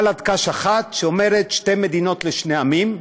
באלת קש אחת שאומרת: שתי מדינות לשני עמים,